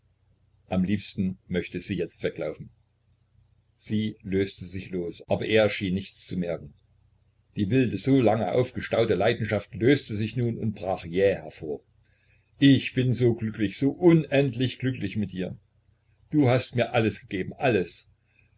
am liebsten möchte sie jetzt weglaufen sie löste sich los aber er schien nichts zu merken die wilde so lange aufgestaute leidenschaft löste sich nun und brach jäh hervor ich bin so glücklich so unendlich glücklich mit dir du hast mir alles gegeben alles